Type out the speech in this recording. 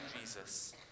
Jesus